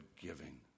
giving